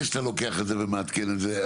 לפני שאתה לוקח את זה ומעדכן את זה,